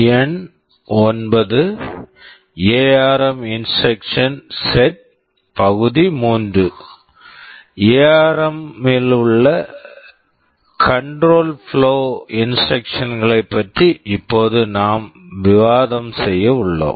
ARM ARM இல் உள்ள control flow control flow instructions instructions களைப் பற்றி இப்போது நாம் விவாதம் செய்ய உள்ளோம்